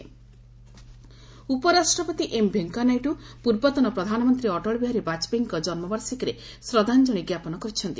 ଭିପିବାଜପେୟୀ ଉପରାଷ୍ଟ୍ରପତି ଏମ୍ ଭେଙ୍କେୟାନାଇଡୁ ପୂର୍ବତନ ପ୍ରଧାନମନ୍ତ୍ରୀ ଅଟଳ ବିହାରୀ ବାଜପେୟୀଙ୍କ ଜନ୍ମ ବାର୍ଷିକୀରେ ଶ୍ରଦ୍ଧାଞ୍ଜଳି ଜ୍ଞାପନ କରିଛନ୍ତି